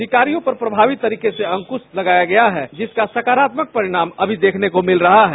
शिकारियों पर प्रभावी तरीके से अंकश लगाया गया है जिसका सकारात्मक परिणाम अभी देखने को मिल रहा है